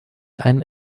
ein